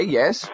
yes